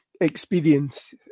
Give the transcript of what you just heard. experience